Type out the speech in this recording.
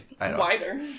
Wider